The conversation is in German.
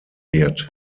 wird